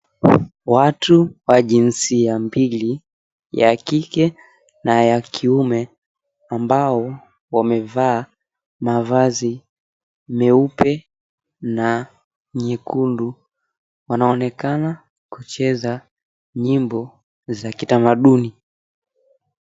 Watu wa jinsia mbili ya kike na ya kiume ambao wamevaa mavazi meupe na nyekundu wanaonekana kucheza nyimbo za kitamaduni.